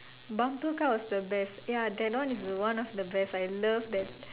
bumper car was the best ya that one was one of the best I love that